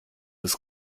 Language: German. des